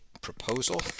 proposal